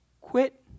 quit